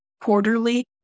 quarterly